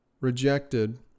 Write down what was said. rejected